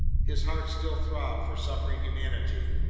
his heart still throbbed for suffering humanity,